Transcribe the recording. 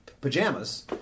pajamas